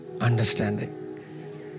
understanding